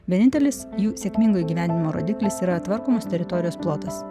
vienintelis jų sėkmingo gyvenimo rodiklis yra tvarkomos teritorijos plotas